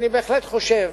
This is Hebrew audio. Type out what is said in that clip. אני בהחלט חושב